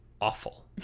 awful